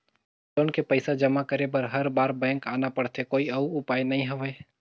Loan के पईसा जमा करे बर हर बार बैंक आना पड़थे कोई अउ उपाय नइ हवय?